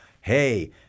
hey